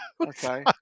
Okay